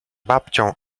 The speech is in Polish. babcią